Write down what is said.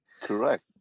Correct